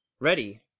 Ready